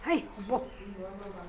হে বহ